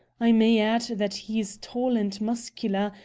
i may add that he's tall and muscular,